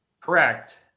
Correct